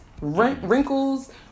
wrinkles